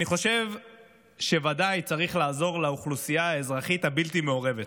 ואני חושב שוודאי צריך לעזור לאוכלוסייה האזרחית הבלתי-מעורבת,